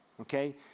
Okay